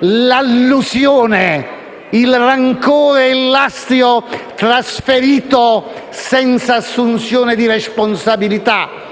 l'allusione, il rancore e l'astio, trasferito senza assunzione di responsabilità